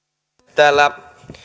täällä